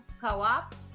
co-ops